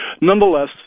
Nonetheless